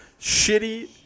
shitty